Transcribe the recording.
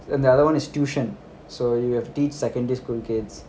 and the other one is tuition so you have to teach secondary school kids